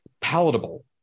palatable